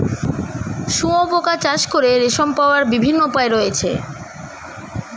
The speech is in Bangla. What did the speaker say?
শুঁয়োপোকা চাষ করে রেশম পাওয়ার বিভিন্ন উপায় রয়েছে